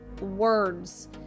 words